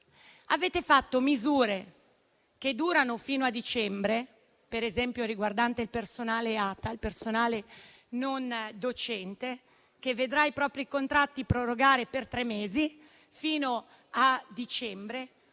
avete fatto misure che durano fino a dicembre, per esempio riguardanti il personale ATA, non docente (che vedrà i propri contratti prorogati per tre mesi, quindi fino a dicembre),